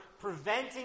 preventing